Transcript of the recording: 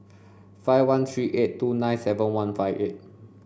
five one three eight two nine seven one five eight